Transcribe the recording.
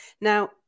now